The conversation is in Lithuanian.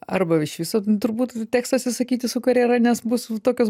arba iš viso turbūt teks atsisakyti su karjera nes bus tokios